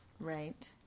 Right